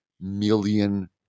million